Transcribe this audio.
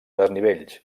desnivells